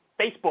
Facebook